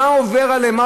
מה עובר עליהם,